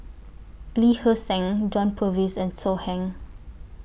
Lee Hee Seng John Purvis and So Heng